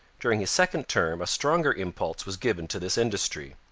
during his second term a stronger impulse was given to this industry.